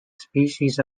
species